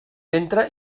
ventre